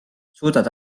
suudad